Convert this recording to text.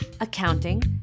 accounting